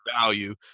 value